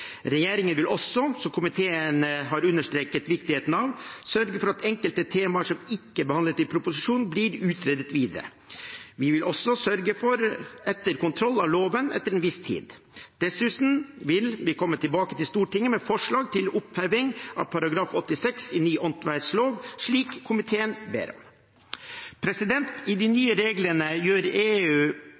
Regjeringen vil også, som komiteen har understreket viktigheten av, sørge for at enkelte temaer som ikke er behandlet i proposisjonen, blir utredet videre. Vi vil også sørge for etterkontroll av loven etter en viss tid. Dessuten vil vi komme tilbake til Stortinget med forslag til oppheving av § 86 i ny åndsverklov, slik komiteen ber om. I de nye reglene gjør